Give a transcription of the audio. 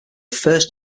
first